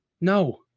No